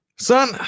Son